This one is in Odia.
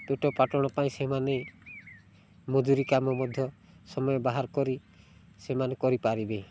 ପୋଟପାଟଣ ପାଇଁ ସେମାନେ ମଜୁରୀ କାମ ମଧ୍ୟ ସମୟ ବାହାରକରି ସେମାନେ କରିପାରିବେ